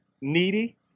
needy